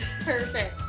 perfect